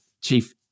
Chief